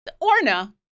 Orna